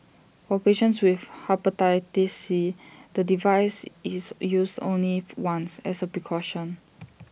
for patients with Hepatitis C the device is used only once as A precaution